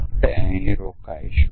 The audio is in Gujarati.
આપણે અહીં રોકાઈશું